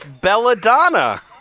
Belladonna